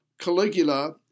Caligula